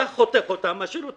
אתה חוטף אותם ומשאיר את